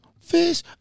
fish